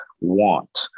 want